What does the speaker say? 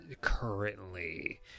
currently